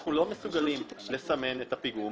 אנחנו לא מסוגלים לסמן את הפיגום